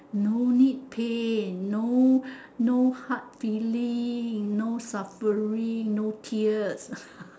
no need pain no no hard feeling no suffering no tears